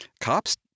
Cops